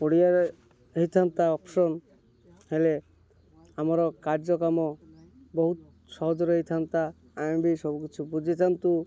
ଓଡ଼ିଆରେ ହେଇଥାନ୍ତା ଅପସନ୍ ହେଲେ ଆମର କାର୍ଯ୍ୟକ୍ରମ ବହୁତ ସହଜରେ ହେଇଥାନ୍ତା ଆମେ ବି ସବୁକିଛି ବୁଝିଥାନ୍ତୁ